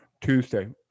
Tuesday